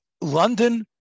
london